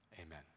Amen